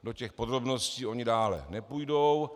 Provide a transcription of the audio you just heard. Do těch podrobností oni dále nepůjdou.